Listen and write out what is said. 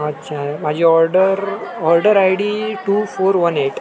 अच्छा माझी order order I D two four one eight